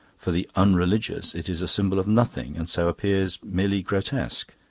for the unreligious it is a symbol of nothing, and so appears merely grotesque.